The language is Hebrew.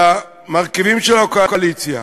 ולמרכיבים של הקואליציה,